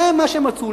זה מה שמצאו.